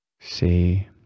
See